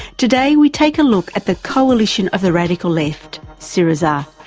today we take a look at the coalition of the radical left, syriza,